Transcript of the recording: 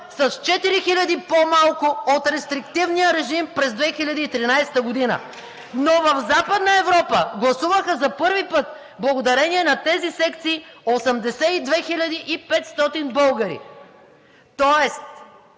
хиляди по-малко от рестриктивния режим през 2013 г. Но в Западна Европа гласуваха за първи път благодарение на тези секции 82 хиляди 500 българи. Тоест